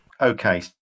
Okay